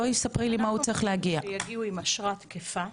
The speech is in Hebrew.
אנו מבקשים שיביאו אשרה תקפה,